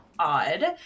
Odd